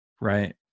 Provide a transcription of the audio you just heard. Right